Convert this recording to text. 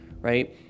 right